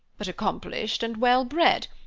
but accomplished and well-bred,